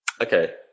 Okay